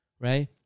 right